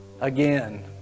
again